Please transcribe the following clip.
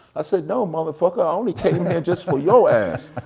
i said, no, mother fucker. i only came here just for your ass.